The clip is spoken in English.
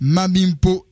Mabimpo